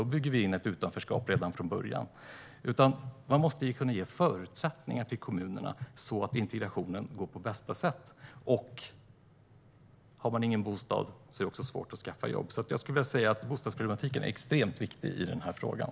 Då bygger vi nämligen in ett utanförskap redan från början. Man måste kunna ge förutsättningar för kommunerna, så att integrationen går på bästa sätt. Har man ingen bostad är det svårt att skaffa jobb. Därför skulle jag vilja säga att bostadsproblematiken är extremt viktig i den här frågan.